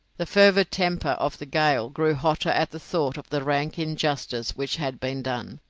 the fervid temper of the gael grew hotter at the thought of the rank injustice which had been done,